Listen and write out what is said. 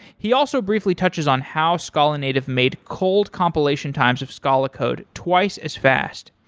he also briefly touches on how scala-native made cold compilation times of scala code twice as fast.